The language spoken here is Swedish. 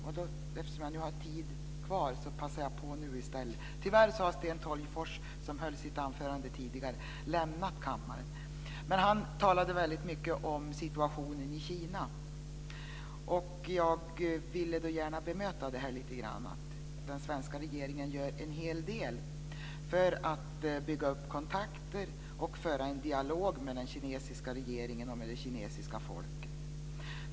Eftersom jag har tid kvar passar jag på nu i stället. Tyvärr har Sten Tolgfors, som höll sitt anförande tidigare, lämnat kammaren, men han talade väldigt mycket om situationen i Kina. Jag ville gärna bemöta det lite grann. Den svenska regeringen gör en hel del för att bygga upp kontakter och föra en dialog med den kinesiska regeringen och med det kinesiska folket.